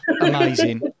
amazing